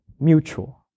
mutual